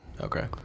Okay